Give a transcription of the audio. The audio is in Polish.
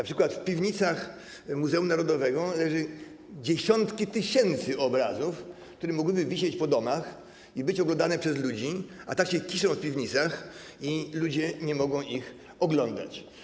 Np. w piwnicach Muzeum Narodowego leżą dziesiątki tysięcy obrazów, które mogłyby wisieć po domach i być oglądane przez ludzi, a tak się kiszą w piwnicach i ludzie nie mogą ich oglądać.